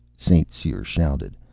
st. cyr shouted.